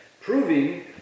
proving